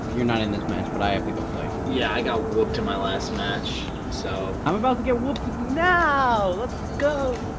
you're not in this match, but i have to go play. yeah, i got whooped in my last match, so. i'm about to get whooped now. let's go.